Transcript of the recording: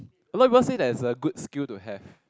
a lot of people say that's a good skill to have